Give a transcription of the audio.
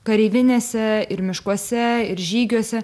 kareivinėse ir miškuose ir žygiuose